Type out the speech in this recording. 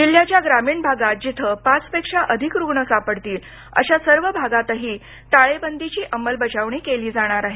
जिल्ह्याच्या ग्रामीण भागात जिथं पाचपेक्षा अधिक रुग्ण सापडतील अशा सर्व भागातही टाळेबंदीची अंमलबजावणी केली जाणार आहे